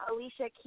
Alicia